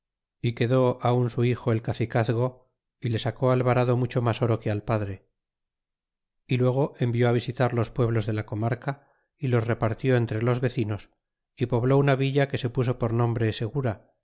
y de pesar quedé un su hijo el cacicazgo y le sacó alvarado mucho mas oro que al padre y luego envió á visitar los pueblos de la comarca y los repartió entre los vecinos y poblé una villa que se puso por nombre segura